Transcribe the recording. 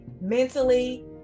mentally